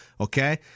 Okay